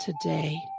today